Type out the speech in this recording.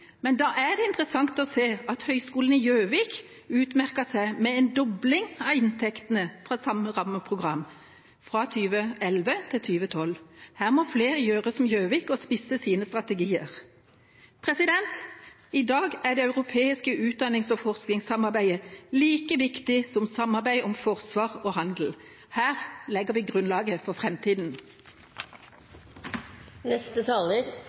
Men da er det interessant å se at Høgskolen i Gjøvik utmerket seg med en dobling av inntektene fra samme rammeprogram fra 2011 til 2012. Her må flere gjøre som Gjøvik og spisse sine strategier. I dag er det europeiske utdannings- og forskningssamarbeidet like viktig som samarbeid om forsvar og handel. Her legger vi grunnlaget for